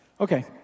Okay